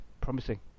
promising